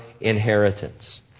inheritance